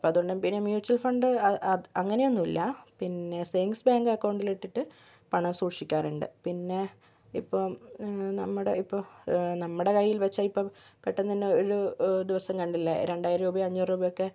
അപ്പം അതുകൊണ്ടും പിന്നെ മ്യൂച്ചൽ ഫണ്ട് അ അത് അങ്ങനെയൊന്നുമില്ല പിന്നെ സേവിങ്സ് ബാങ്ക് അക്കൗണ്ടിലിട്ടിട്ട് പണം സൂക്ഷിക്കാറുണ്ട് പിന്നെ ഇപ്പം നമ്മുടെ ഇപ്പോൾ നമ്മുടെ കൈയിൽ വെച്ചാൽ ഇപ്പം പെട്ടെന്ന് തന്നെ ഒരു ദിവസം കണ്ടില്ലേ രണ്ടായിരം രൂപയും അഞ്ഞൂറ് രൂപയൊക്കെ